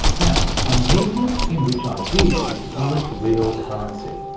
now, a medium in which ideas are its real currency,